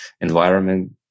environment